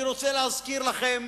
אני רוצה להזכיר לכם